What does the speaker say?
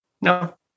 No